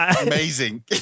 Amazing